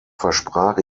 versprach